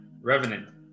Revenant